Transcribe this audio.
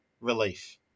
Relief